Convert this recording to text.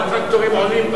והטרקטורים עולים,